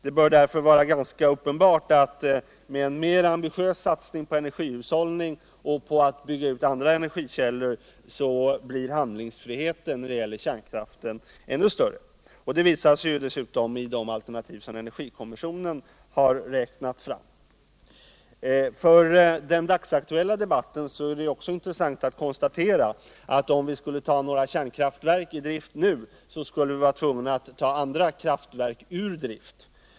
Det torde därför vara ganska uppenbart, att med en mera ambitiös satsning på energihushåll ning och på utbyggnad av andra energikällor blir handlingsfriheten beträffande kärnkraften ännu större. Detta framgår dessutom av de alternativ som energikommissionen har räknat fram. För den dagsaktuella debatten är det intressant att konstatera, att om vi skulle ta några kärnkraftverk i drift nu, skulle vi vara tvungna att ta andra kraftverk ur drift.